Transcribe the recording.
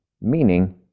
meaning